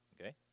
Okay